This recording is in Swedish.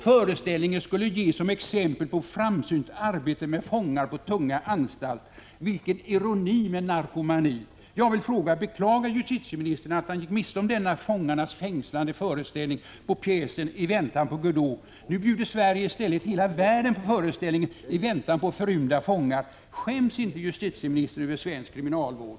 Föreställningen skulle ges som exempel på framsynt arbete med fångar på tunga anstalter. Vilken ironi med narkomani! Jag vill fråga: Beklagar justitieministern att han gick miste om denna fångarnas fängslande föreställning av pjäsen ”I väntan på Godot”? Nu bjuder Sverige i stället hela världen på föreställningen ”I väntan på förrymda fångar”. Skäms inte justitieministern över svensk kriminalvård?